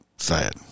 sad